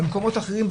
במקומות האחרים,